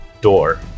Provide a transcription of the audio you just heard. door